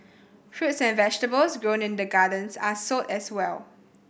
fruits and vegetables grown in the gardens are sold as well